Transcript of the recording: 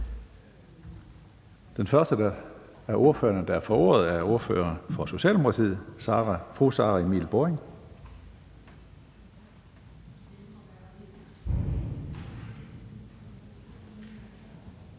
Den første i ordførerrækken er ordføreren for Socialdemokratiet, fru Sara Emil Baaring.